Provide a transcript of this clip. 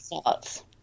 starts